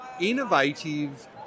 innovative